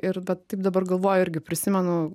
ir vat taip dabar galvoju irgi prisimenu